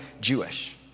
Jewish